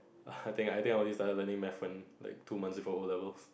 I think I think I started learning maths like two months ago for O-levels